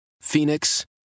Phoenix